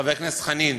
חבר הכנסת חנין,